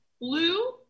blue